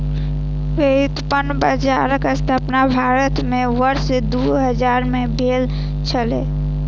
व्युत्पन्न बजारक स्थापना भारत में वर्ष दू हजार में भेल छलै